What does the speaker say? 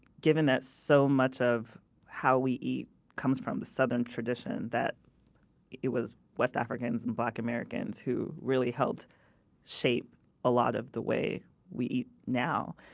given that so much of how we eat comes from the southern tradition, that it was west africans and black americans who really helped shape a lot of the way we eat now.